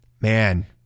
Man